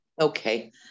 Okay